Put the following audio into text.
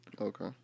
Okay